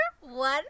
one